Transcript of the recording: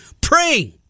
praying